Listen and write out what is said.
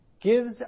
gives